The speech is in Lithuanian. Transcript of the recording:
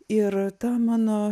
ir ta mano